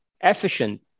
efficient